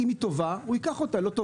אם היא טובה הוא ייקח אותה, לא טובה אז לא.